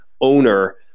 owner